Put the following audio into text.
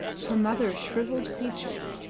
her mother's shrivelled features,